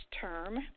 term